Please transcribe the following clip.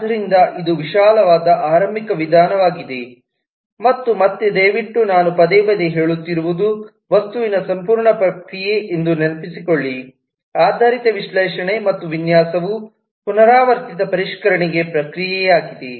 ಆದ್ದರಿಂದ ಇದು ವಿಶಾಲವಾದ ಆರಂಭಿಕ ವಿಧಾನವಾಗಿದೆ ಮತ್ತು ಮತ್ತೆ ದಯವಿಟ್ಟು ನಾನು ಪದೇ ಪದೇ ಹೇಳುತ್ತಿರುವುದು ವಸ್ತುವಿನ ಸಂಪೂರ್ಣ ಪ್ರಕ್ರಿಯೆ ಎಂದು ನೆನಪಿಸಿಕೊಳ್ಳಿ ಆಧಾರಿತ ವಿಶ್ಲೇಷಣೆ ಮತ್ತು ವಿನ್ಯಾಸವು ಪುನರಾವರ್ತಿತ ಪರಿಷ್ಕರಣೆ ಪ್ರಕ್ರಿಯೆಯಾಗಿದೆ